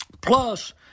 Plus